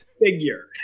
figure